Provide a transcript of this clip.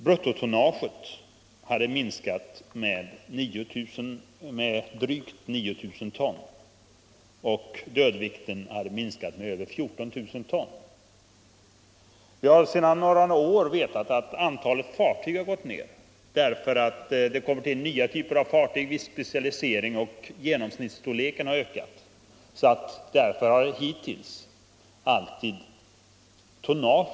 Bruttotonnaget minskade under samma tid med drygt 9 000 ton, och dödvikten minskade med över 14 000 ton. Sedan några år tillbaka har antalet fartyg minskat. Det har blivit en specialisering och tillkommit nya typer av fartyg, varvid genomsnittsstorleken har ökat. Därför har hittills tonnaget ökat.